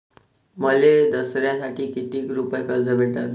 मले दसऱ्यासाठी कितीक रुपये कर्ज भेटन?